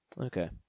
Okay